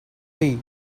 tea